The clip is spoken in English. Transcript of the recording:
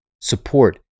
support